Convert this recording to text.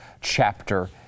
chapter